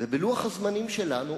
ובלוח הזמנים שלנו,